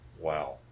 Wow